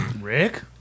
Rick